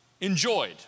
enjoyed